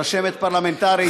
רשמת פרלמנטרית,